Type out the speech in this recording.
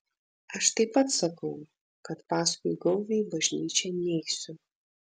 aš taip pat sakau kad paskui gaubį į bažnyčią neisiu